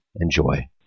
Enjoy